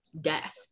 death